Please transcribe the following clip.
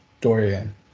Dorian